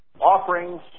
offerings